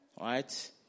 Right